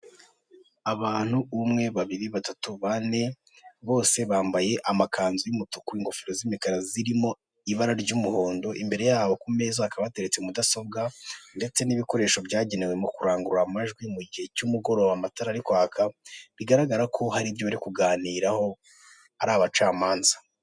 Urujya ni uruza rw'abantu bari kwamamaza umukandida mu matora y'umukuru w'igihugu bakaba barimo abagabo ndetse n'abagore, bakaba biganjemo abantu bambaye imyenda y'ibara ry'icyatsi, bari mu ma tente arimo amabara y'umweru, icyatsi n'umuhondo, bamwe bakaba bafite ibyapa biriho ifoto y'umugabo wambaye kositime byanditseho ngo tora, bakaba bacyikijwe n'ibiti byinshi ku musozi.